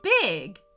big